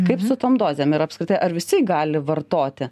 kaip su tom dozėm ir apskritai ar visi gali vartoti